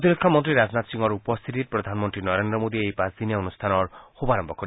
প্ৰতিৰক্ষা মন্ত্ৰী ৰাজনাথ সিঙৰ উপস্থিতিত প্ৰধানমন্ত্ৰী নৰেন্দ্ৰ মোদীয়ে এই পাঁচদিনীয়া অনুষ্ঠানৰ শুভাৰম্ভ কৰিব